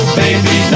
baby